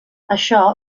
això